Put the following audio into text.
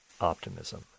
optimism